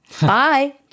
bye